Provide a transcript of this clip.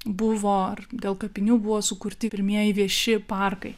buvo ar dėl kapinių buvo sukurti pirmieji vieši parkai